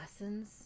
lessons